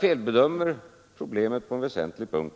felbedömer problemet på en väsentlig punkt.